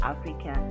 Africa